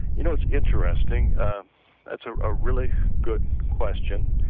you know it's interesting that's a ah really good question,